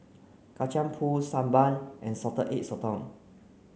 Kacang Pool Sambal and Salted Egg Sotong